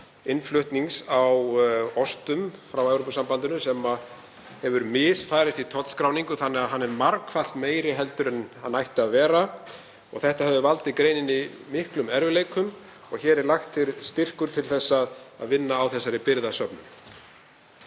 innflutnings á ostum frá Evrópusambandinu sem hefur misfarist í tollskráningu þannig að hann er margfalt meiri en hann ætti að vera. Þetta hefur valdið greininni miklum erfiðleikum og hér er lagður til styrkur til að vinna á þessari birgðasöfnun.